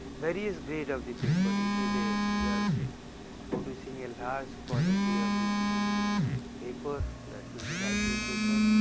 various grade of the paper you see the, we are producing a large quality of the paper that may be writing paper,